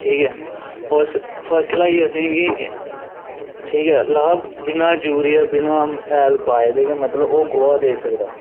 ठीक ऐ उस फसला गी असें गी ठीक ऐ लाभ बिना यूरिया बिना हैल पाएदे इ'यां मतलब ओह् गोहा देई सकदा